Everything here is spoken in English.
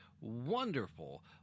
wonderful